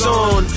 on